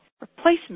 replacement